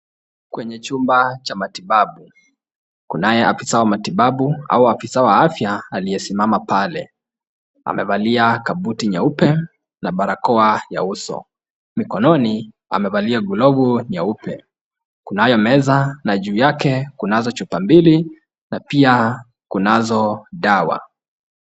Kwenye chumba cha matibabu, kunaye afiisa wa matibabu au afisa wa afya aliyesimama pale. Amevalia kabuti nyeupe na barakoa ya uso. Mkononi amevalia glovu nyeupe. Kunayo meza na juuyake chupa mbili na pia kunazo dawa.